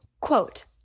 quote